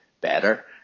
better